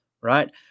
Right